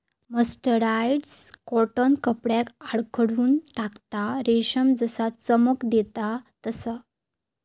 mercerised cotton कपड्याक आखडून टाकता, रेशम जसा चमक देता तसा